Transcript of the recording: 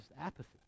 apathy